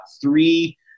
three